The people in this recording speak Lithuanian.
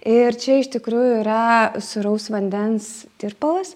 ir čia iš tikrųjų yra sūraus vandens tirpalas